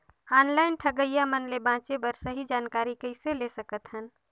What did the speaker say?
Online ठगईया मन ले बांचें बर सही जानकारी कइसे ले सकत हन?